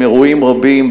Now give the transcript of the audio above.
עם אירועים רבים,